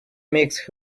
makes